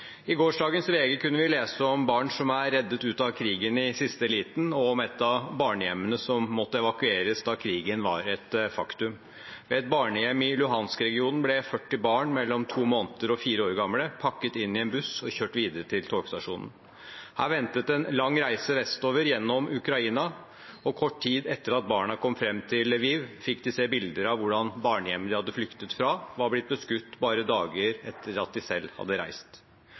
I gårsdagens VG kunne vi lese om barn som er reddet ut fra krigen i siste liten, og om et av barnehjemmene som måtte evakueres da krigen var et faktum. Et barnehjem i Luhansk-regionen ble 40 barn mellom 2 mnd. og 4 år gamle pakket inn i en buss og kjørt videre til togstasjonen. Der ventet en lang reise vestover gjennom Ukraina, og kort tid etter at barna kom fram til Lviv fikk de se bilder av hvordan barnehjemmet de hadde flyktet fra, var blitt beskutt bare dager etter at de selv hadde reist.